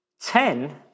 Ten